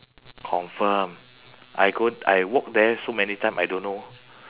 confirm I go I walk there so many time I don't know